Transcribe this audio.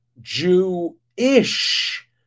Jew-ish